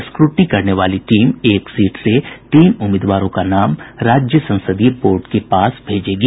scrutiny करने वाली team एक सीट से तीन उम्मीदवारों का नाम राज्य संसदीय बोर्ड के पास भेजेगी